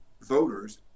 voters